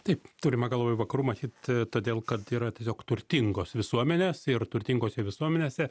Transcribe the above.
taip turima galvoj vakarų matyt todėl kad yra tiesiog turtingos visuomenės ir turtingose visuomenėse